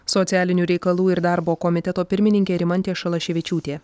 socialinių reikalų ir darbo komiteto pirmininkė rimantė šalaševičiūtė